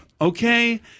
Okay